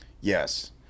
Yes